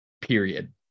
period